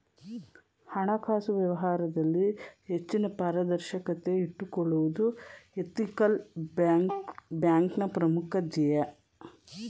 ಹಣಕಾಸು ವ್ಯವಹಾರದಲ್ಲಿ ಹೆಚ್ಚಿನ ಪಾರದರ್ಶಕತೆ ಇಟ್ಟುಕೊಳ್ಳುವುದು ಎಥಿಕಲ್ ಬ್ಯಾಂಕ್ನ ಪ್ರಮುಖ ಧ್ಯೇಯ